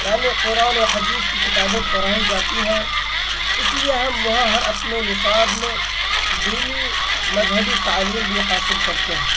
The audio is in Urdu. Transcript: یعنی قرآن و حدیث کی کتابیں پڑھائی جاتی ہیں اس لیے ہم وہاں ہر اپنے نصاب میں دینی مذہبی تعلیم بھی حاصل کرتے ہیں